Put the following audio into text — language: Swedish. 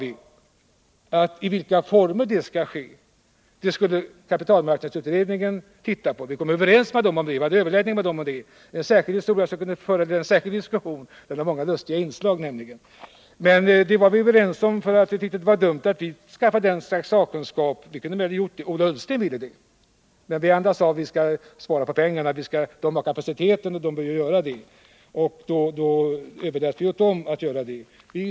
I vilka former det borde ske skulle kapitalmarknadsutredningen se på. Vi hade överläggningar med den utredningen och kom överens med den om detta. Det är en särskild historia som kunde föranleda en särskild diskussion — det var nämligen många lustiga inslag. Vi tyckte att det var dumt att vi skaffade det slags sakkunskap som det här var fråga om. Ola Ullsten ville det, men vi andra sade att vi skall spara på pengarna — kapitalmarknadsutredningen har kapaciteten. Vi överlät alltså åt kapitalmarknadsutredningen att göra detta arbete.